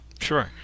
Sure